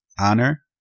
Honor